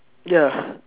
ya